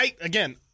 again